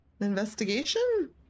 investigation